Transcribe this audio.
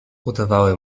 udawały